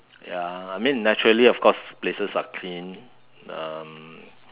ya I mean naturally of course places are clean um